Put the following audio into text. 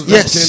Yes